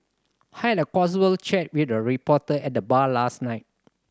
had a casual chat with a reporter at the bar last night